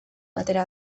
batera